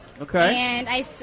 Okay